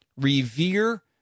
revere